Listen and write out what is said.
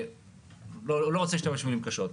לא רוצה להשתמש במילים קשות.